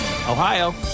Ohio